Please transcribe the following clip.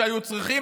שבהן היו צריכים,